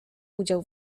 udział